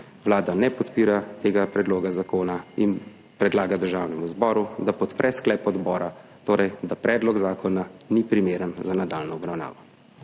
Vlada ne podpira tega predloga zakona in predlaga Državnemu zboru, da podpre sklep odbora, torej da predlog zakona ni primeren za nadaljnjo obravnavo.